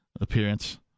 appearance